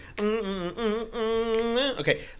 Okay